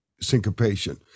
Syncopation